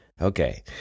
Okay